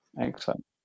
Excellent